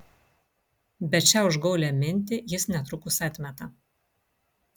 bet šią užgaulią mintį jis netrukus atmeta